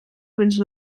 fins